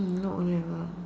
no O-level